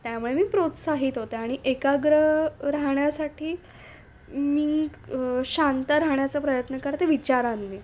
त्यामुळे मी प्रोत्साहित होते आणि एकाग्र राहण्यासाठी मी शांत राहण्याचा प्रयत्न करते विचाराने